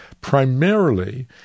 primarily